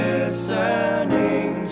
Listening